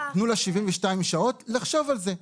תנו לה 72 שעות לחשוב על זה.